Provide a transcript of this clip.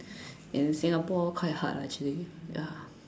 in Singapore quite hard lah actually ya